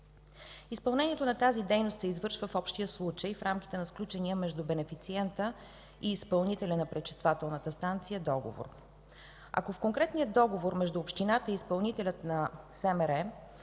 Изпълнението на тази дейност се извършва в общия случай в рамките на сключения между бенефициента и изпълнителя на пречиствателната станция договор. Ако в конкретния договор между общината и изпълнителя на